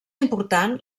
important